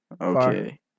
Okay